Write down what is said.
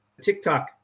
TikTok